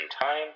time